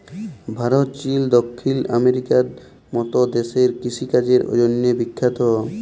Bharat, Chile, দখ্খিল আমেরিকার মত দ্যাশ কিষিকাজের জ্যনহে বিখ্যাত